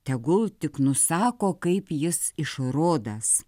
tegul tik nusako kaip jis išrodąs